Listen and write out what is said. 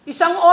Isang